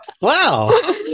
wow